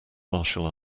martial